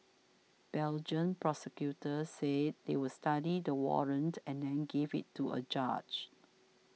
Belgian prosecutors said they would study the warrant and then give it to a judge